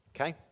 Okay